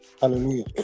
hallelujah